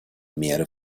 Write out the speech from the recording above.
меры